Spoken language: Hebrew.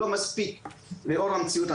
לא מספיק לאור המציאות.